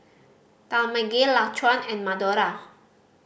Talmage Laquan and Madora